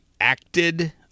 acted